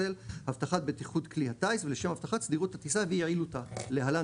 הבטחת בטיחות כלי הטיס ולשם הבטחת סדירות הטיסה ויעילותה (להלן